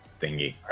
thingy